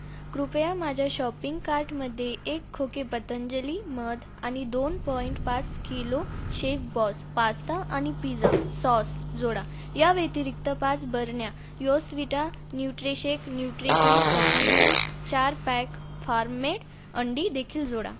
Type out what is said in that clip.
कृपया माझ्या शॉपिंग कार्टमध्ये एक खोके पतंजली मध आणि दोन पॉइँट पाच किलो शेफबॉस पास्ता आणि पिझ्झा सॉस जोडा या व्यतिरिक्त पाच बरण्या योस्विटा न्यूट्रिशेक न्युट्रिशन सप्लिमेंट चार पॅक फार्म मेड अंडी देखील जोडा